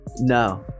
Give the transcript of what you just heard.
no